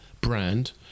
brand